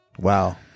Wow